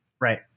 Right